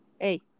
hey